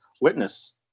Witness